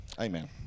Amen